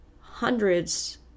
hundreds